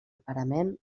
parament